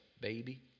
baby